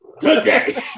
today